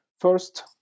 First